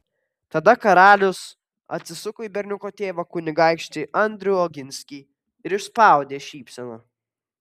tada karalius atsisuko į berniuko tėvą kunigaikštį andrių oginskį ir išspaudė šypseną